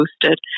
boosted